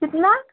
कितना